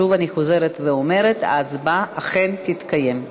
אני חוזרת ואומרת: ההצבעה אכן תתקיים.